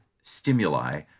stimuli